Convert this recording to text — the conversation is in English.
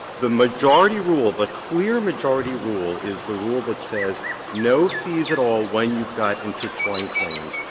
the majority rule, the clear majority rule, is the rule that says no fees at all when you've got intertwined claims.